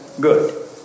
Good